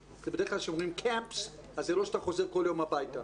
בדרך כלל כשאומרים מחנות אז זה לא שאתה חוזר כל יום הביתה,